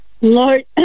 Lord